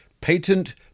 Patent